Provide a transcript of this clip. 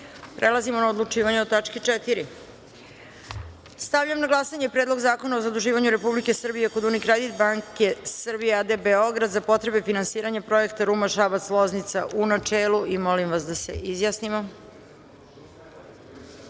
zakona. Prelazimo na odlučivanje o tački 10.Stavljam na glasanje Predlog zakona o zaduživanju Republike Srbije kod Unikredit banke Srbija a.d. Beograd, za potrebe finansiranja projekta Ruma-Šabac-Loznica, u načelu. Molim vas da se